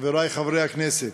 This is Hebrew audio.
חברי חברי הכנסת,